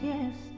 Yes